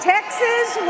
Texas